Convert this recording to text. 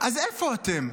אז איפה אתם?